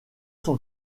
son